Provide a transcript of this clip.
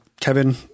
Kevin